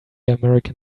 american